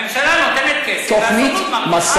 הממשלה נותנת, והסוכנות מרוויחה מזה.